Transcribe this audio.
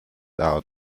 out